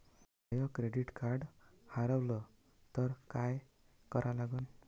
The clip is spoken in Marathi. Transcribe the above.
माय क्रेडिट कार्ड हारवलं तर काय करा लागन?